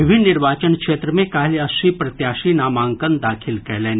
विभिन्न निर्वाचन क्षेत्र मे काल्हि अस्सी प्रत्याशी नामांकन दाखिल कयलनि